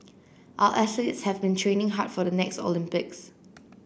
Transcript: our athletes have been training hard for the next Olympics